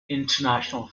international